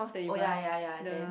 oh ya ya ya then